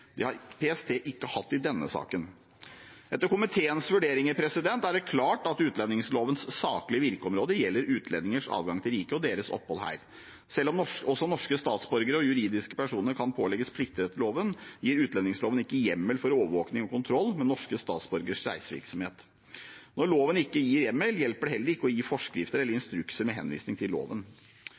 Det har PST ikke hatt i denne saken. Etter komiteens vurdering er det klart at utlendingslovens saklige virkeområde gjelder utlendingers adgang til riket og deres opphold her. Selv om også norske statsborgere og juridiske personer kan pålegges plikter etter loven, gir utlendingsloven ikke hjemmel for overvåking og kontroll med norske statsborgeres reisevirksomhet. Når loven ikke gir hjemmel, hjelper det heller ikke å gi forskrifter eller instrukser med henvisning til loven.